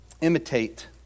imitate